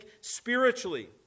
spiritually